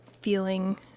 feeling